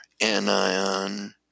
anion